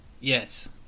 Yes